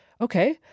Okay